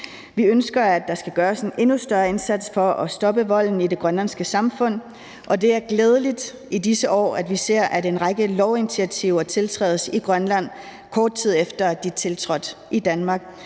Vi ønsker, at der skal gøres en endnu større indsats for at stoppe volden i det grønlandske samfund, og det er glædeligt i disse år, at vi ser, at en række lovinitiativer tiltrædes i Grønland, kort tid efter at de er tiltrådt i Danmark.